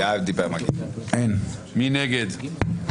הצבעה לא אושרה ההסתייגות